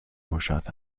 گشاد